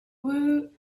woot